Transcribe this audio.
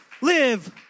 Live